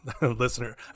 listener